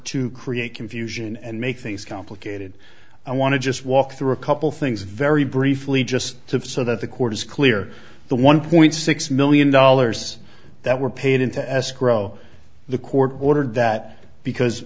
to create confusion and make things complicated i want to just walk through a couple things very briefly just to so that the court is clear the one point six million dollars that were paid into escrow the court ordered that because